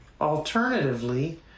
Alternatively